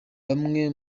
bamwe